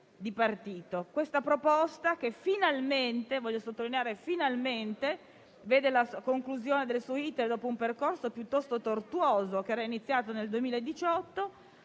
Questa proposta, che finalmente - lo voglio sottolineare - giunge alla conclusione del suo *iter* dopo un percorso piuttosto tortuoso iniziato nel 2018,